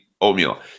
oatmeal